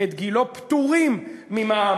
פטורים ממע"מ.